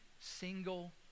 single